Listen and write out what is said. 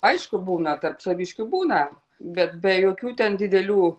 aišku būna tarp saviškių būna bet be jokių ten didelių